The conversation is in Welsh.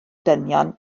dynion